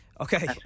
Okay